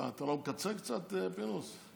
מה, אתה לא מקצר קצת, פינדרוס?